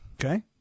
Okay